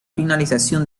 finalización